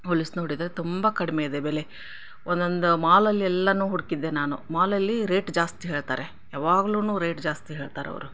ಹೋಲಿಸಿ ನೋಡಿದರೆ ತುಂಬ ಕಡಿಮೆ ಇದೆ ಬೆಲೆ ಒಂದೊಂದ್ ಮಾಲಲ್ಲಿ ಎಲ್ಲವೂ ಹುಡುಕಿದ್ದೆ ನಾನು ಮಾಲಲ್ಲಿ ರೇಟ್ ಜಾಸ್ತಿ ಹೇಳ್ತಾರೆ ಯಾವಾಗ್ಲೂ ರೇಟ್ ಜಾಸ್ತಿ ಹೇಳ್ತಾರೆ ಅವರು